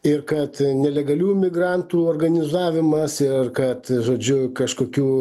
ir kad nelegalių imigrantų organizavimas ir kad žodžiu kažkokių